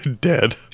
dead